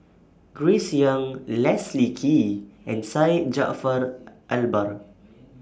Grace Young Leslie Kee and Syed Jaafar Albar